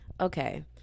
Okay